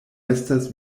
estas